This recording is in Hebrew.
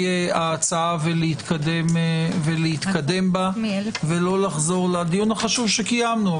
ההצעה ולהתקדם בה ולא לחזור הדיון החשוב שקיימנו,